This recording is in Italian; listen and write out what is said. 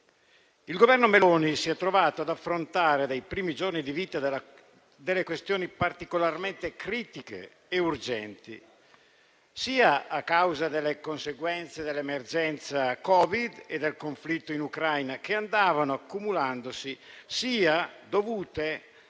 Il Governo Meloni si è trovato ad affrontare nei suoi primi giorni di vita delle questioni particolarmente critiche e urgenti, sia a causa delle conseguenze dell'emergenza Covid e del conflitto in Ucraina, che andavano accumulandosi, sia a